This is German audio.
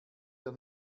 der